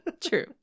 True